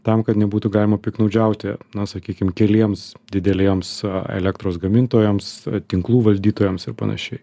tam kad nebūtų galima piktnaudžiauti na sakykim keliems dideliems elektros gamintojams tinklų valdytojams ir panašiai